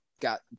Got